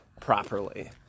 properly